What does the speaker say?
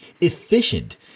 efficient